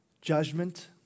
Judgment